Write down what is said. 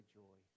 joy